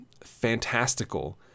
fantastical